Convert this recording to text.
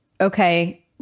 okay